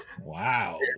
Wow